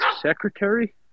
secretary